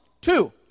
two